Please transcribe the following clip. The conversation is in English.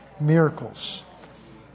Miracles